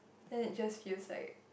then it just feels like